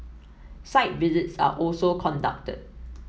site visits are also conducted